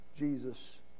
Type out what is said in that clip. Jesus